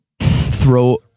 Throw